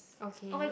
okay